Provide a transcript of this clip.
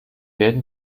werden